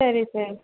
சரி சரி